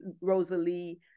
Rosalie